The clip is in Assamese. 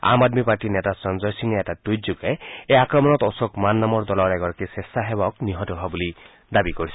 আম আদমী পাৰ্টীৰ নেত সঞ্জয় সিঙে এটা টুইটযোগে এই আক্ৰমণত অশোক মান নামৰ দলৰ এগৰাকী স্কেচ্ছাসেৱক নিহত হোৱা বুলি দাবী কৰিছে